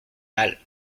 mal